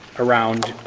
around